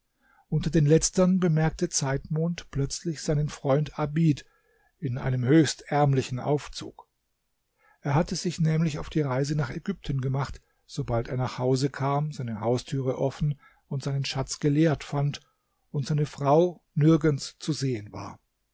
unter den letztern bemerkte zeitmond plötzlich seinen freund abid in einem höchst ärmlichen aufzug er hatte sich nämlich auf die reise nach ägypten gemacht sobald er nach hause kam seine haustüre offen und seinen schatz geleert fand und seine frau nirgends zu sehen war